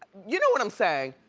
you know what i'm saying.